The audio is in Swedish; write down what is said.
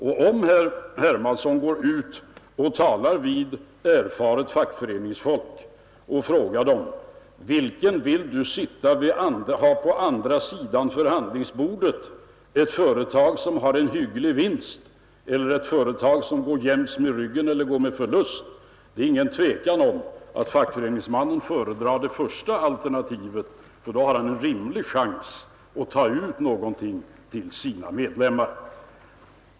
Och herr Hermansson kan ju gå ut och tala vid erfaret fackföreningsfolk och ställa frågan: Vilken vill du ha på andra sidan förhandlingsbordet — en representant för ett företag som ger en hygglig vinst eller för ett företag som går jäms med ryggen eller går med förlust? Det är inget tvivel om att fackföreningsmannen föredrar det förstnämnda alternativet, för då har han en rimlig chans att ta ut någonting till sina medlemmar.